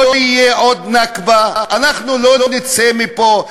לא תהיה עוד נכבה, אנחנו לא נצא מפה.